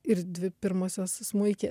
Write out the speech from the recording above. ir dvi pirmosios smuike